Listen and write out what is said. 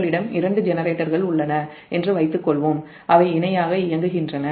உங்களிடம் இரண்டு ஜெனரேட்டர்கள் உள்ளன என்று வைத்துக் கொள்வோம் அவை இணையாக இயங்குகின்றன